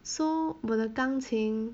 so 我的钢琴